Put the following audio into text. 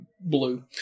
blue